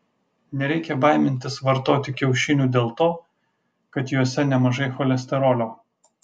nereikia baimintis vartoti kiaušinių dėl to kad juose nemažai cholesterolio